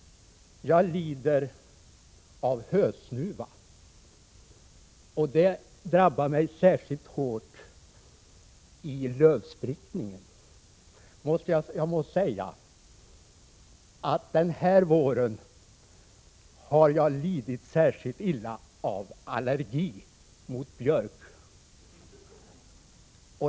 Jag lider av hösnuva, och det drabbar mig särskilt hårt i lövsprickningen. Den här våren har jag i riksdagens korridorer lidit särskilt svårt av allergi mot björk.